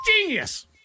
Genius